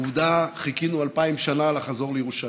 עובדה, חיכינו אלפיים שנה לחזור לירושלים.